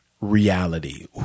reality